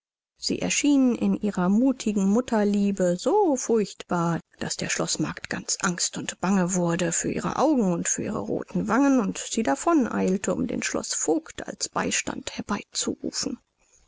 sie erschien in ihrer muthigen mutterliebe so furchtbar daß der schloßmagd ganz angst und bange wurde für ihre augen und für ihre rothen wangen und sie davon eilte um den schloßvoigt als beistand herbei